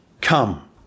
Come